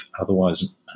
otherwise